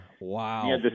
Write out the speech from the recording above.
Wow